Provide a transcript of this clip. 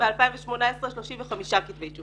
ב-2019 35 כתבי אישום.